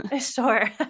Sure